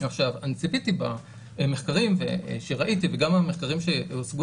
עכשיו אני צפיתי במחקרים שראיתי וגם המחקרים שהוצגו